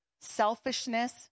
selfishness